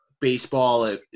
baseball